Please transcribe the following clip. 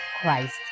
Christ